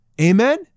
Amen